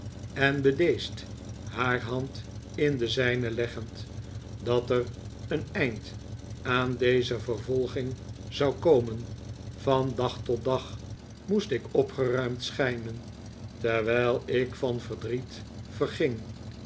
en bedeesd haar hand in de zijne leggend dat er een eind aan deze vervolging zou komen van dag tot dag moest ik opgeruimd schijnen terwijl ik van verdriet verging